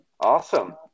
Awesome